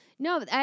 No